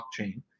blockchain